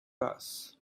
bass